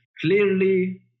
clearly